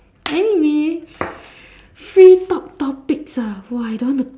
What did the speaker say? anyway free talk topics ah !wah! I don't want to